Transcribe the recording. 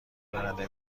برنده